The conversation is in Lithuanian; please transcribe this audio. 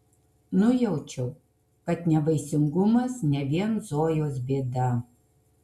nujaučiau kad nevaisingumas ne vien zojos bėda